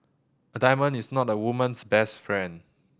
a diamond is not a woman's best friend